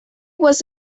was